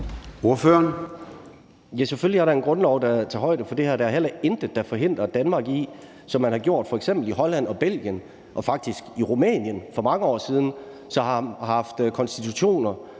Hvelplund (EL): Selvfølgelig er der en grundlov, der tager højde for det her. Der er heller intet, der forhindrer Danmark i, som man har gjort i f.eks. Holland og Belgien og faktisk i Rumænien for mange år siden, hvor man har konstitutioner,